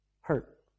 hurt